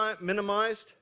minimized